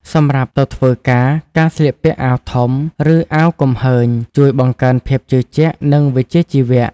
សម្រាប់ទៅធ្វើការ ការស្លៀកពាក់អាវធំ ឬអាវគំហើញ ជួយបង្កើនភាពជឿជាក់ និងវិជ្ជាជីវៈ។